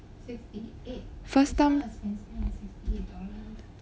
first time